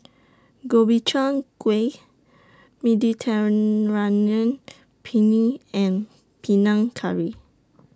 Gobchang Gui Mediterranean Penne and Panang Curry